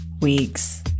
weeks